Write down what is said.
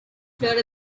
floor